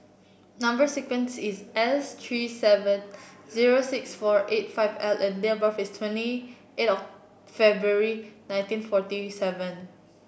number sequence is S three seven zero six four eight five L and date of birth is twenty eight of February nineteen forty seven